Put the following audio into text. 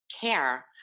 care